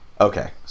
Okay